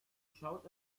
schaut